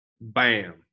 Bam